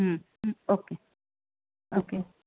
hmm okay okay